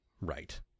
Right